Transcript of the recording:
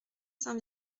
saint